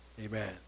Amen